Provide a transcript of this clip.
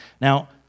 Now